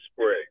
spray